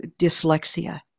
dyslexia